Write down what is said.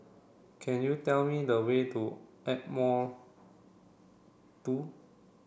can you tell me the way to Ardmore two